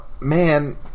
man